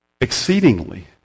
exceedingly